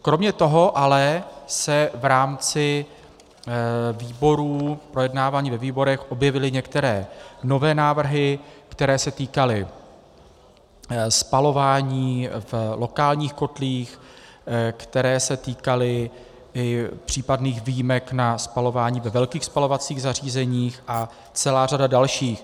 Kromě toho se ale v rámci výborů, projednávání ve výborech, objevily některé nové návrhy, které se týkaly spalování v lokálních kotlích, které se týkaly i případných výjimek na spalování ve velkých spalovacích zařízeních, a celá řada dalších.